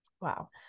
Wow